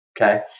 okay